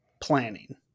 planning